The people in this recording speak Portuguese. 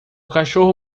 cachorro